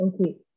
Okay